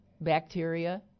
bacteria